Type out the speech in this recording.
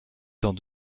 dans